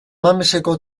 mameseko